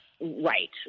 right